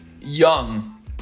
Young